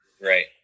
Right